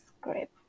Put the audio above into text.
script